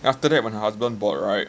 and after that when her husband board right